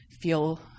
feel